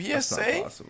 psa